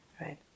right